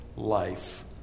life